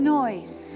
noise